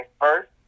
first